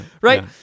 Right